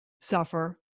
suffer